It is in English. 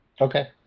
Okay